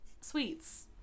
sweets